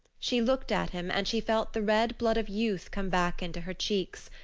she looked at him and she felt the red blood of youth come back into her cheeks.